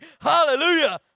Hallelujah